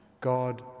God